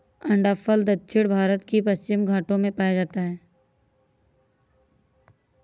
अंडाफल दक्षिण भारत के पश्चिमी घाटों में पाया जाता है